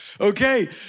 okay